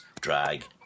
drag